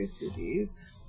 disease